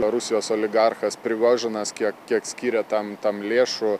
rusijos oligarchas prigožinas kiek kiek skyrė tam tam lėšų